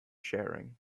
sharing